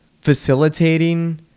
facilitating